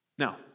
Now